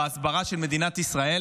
בהסברה של מדינת ישראל.